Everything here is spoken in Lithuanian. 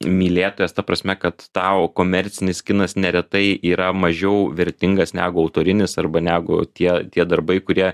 mylėtojas ta prasme kad tau komercinis kinas neretai yra mažiau vertingas negu autorinis arba negu tie tie darbai kurie